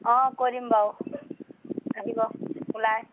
অঁ কৈ দিম বাৰু আহিব ওলাই